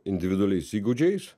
individualiais įgūdžiais